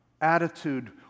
attitude